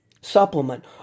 supplement